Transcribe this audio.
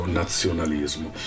nazionalismo